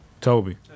Toby